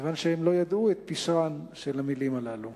כיוון שהם לא ידעו את פשרן של המלים הללו.